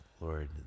Lord